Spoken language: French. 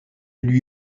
lui